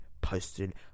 posted